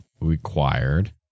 required